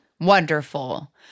wonderful